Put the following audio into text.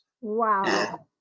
Wow